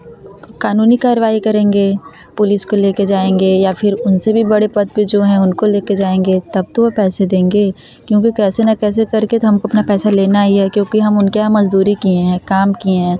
कानूनी कारवाई करेंगे पुलिस को लेकर जाएँगे या फिर उनसे भी बड़े पद पर जो हैं उनको लेकर जाएँगे तब तो वे पैसे देंगे क्योंकि कैसे न कैसे करके तो हमको अपना पैसा लेना ही है क्योंकि हम उनके यहाँ मज़दूरी किए हैं काम किए हैं